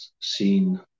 seen